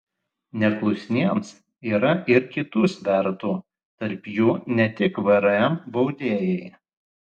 neklusniems yra ir kitų svertų tarp jų ne tik vrm baudėjai